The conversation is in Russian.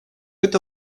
это